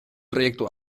proiektu